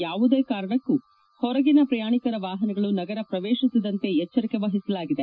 ಯಾವುದೇ ಕಾರಣಕ್ಕೂ ಹೊರಗಿನ ಶ್ರಯಾಣಿಕರ ವಾಹನಗಳು ನಗರ ಶ್ರವೇಶಿಸದಂತೆ ಎಚ್ಚರಿಕೆ ವಹಿಸಲಾಗಿದೆ